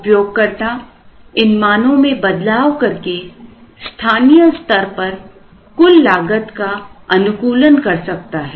उपयोगकर्ता इनमानों में बदलाव करके स्थानीय स्तर पर कुल लागत का अनुकूलन कर सकता है